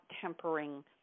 tempering